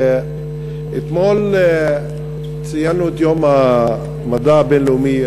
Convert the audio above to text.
אתמול ציינו את יום המדע הבין-לאומי.